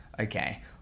okay